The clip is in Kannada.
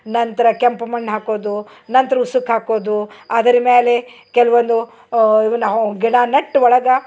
ನಂತರ ಕೆಂಪು ಮಣ್ಣು ಹಾಕೋದು ನಂತರ ಉಸುಕ್ ಹಾಕೋದು ಅದರ ಮ್ಯಾಲೆ ಕೆಲವೊಂದು ಇವ್ನ ಗಿಡ ನೆಟ್ಟು ಒಳಗೆ